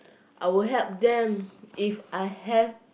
I will help If I have